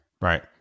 right